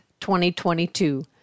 2022